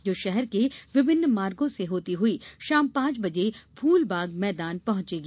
जो शहर के विभिन्न मागोँ से होती हुई शाम पांच बजे फूल बाग मैदान पहुंचेगी